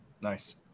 Nice